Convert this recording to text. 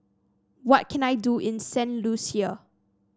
what can I do in Saint Lucia